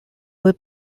were